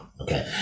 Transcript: Okay